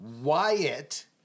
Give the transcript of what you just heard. Wyatt